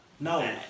No